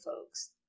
folks